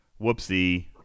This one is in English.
Whoopsie